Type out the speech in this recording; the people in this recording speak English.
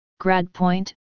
GradPoint